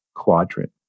quadrant